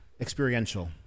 experiential